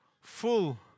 full